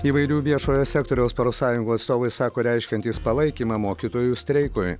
įvairių viešojo sektoriaus profsąjungų atstovai sako reiškiantys palaikymą mokytojų streikui